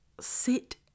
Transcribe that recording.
Sit